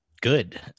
Good